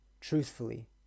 truthfully